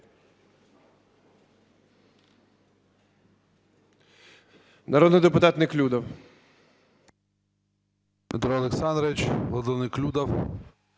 Народний депутат Неклюдов.